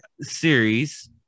series